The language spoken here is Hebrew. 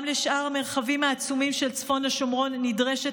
גם לשאר המרחבים העצומים של צפון השומרון נדרשת